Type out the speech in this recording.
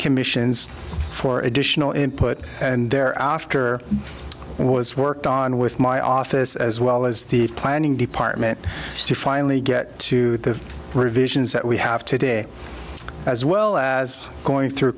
commissions for additional input and there after was worked on with my office as well as the planning department she finally get to the revisions that we have today as well as going through